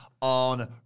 on